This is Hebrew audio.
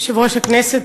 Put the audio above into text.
יושב-ראש הכנסת,